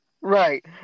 Right